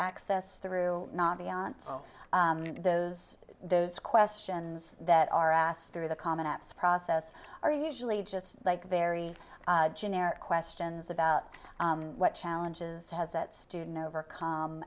access through not beyond those those questions that are asked through the common apps process are usually just like very generic questions about what challenges has that student over